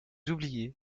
oubliez